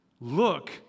look